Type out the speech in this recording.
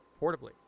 portably